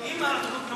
שאלה: אם הרבנות לא